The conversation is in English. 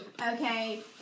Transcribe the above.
Okay